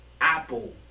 Apple